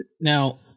Now